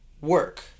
work